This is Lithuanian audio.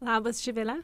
labas živile